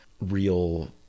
real